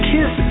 Kiss